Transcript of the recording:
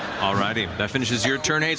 all righty, that finishes your turn,